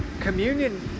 communion